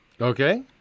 Okay